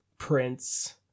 prince